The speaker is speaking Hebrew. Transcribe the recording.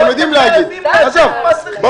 עזוב.